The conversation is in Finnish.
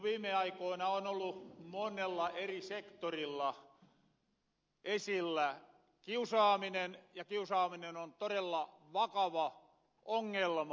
viime aikoina on ollu monella eri sektorilla esillä kiusaaminen ja kiusaaminen on torella vakava ongelma